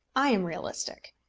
i am realistic.